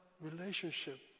relationship